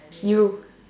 you